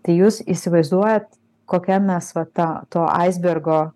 tai jūs įsivaizduojat kokia mes va ta to aisbergo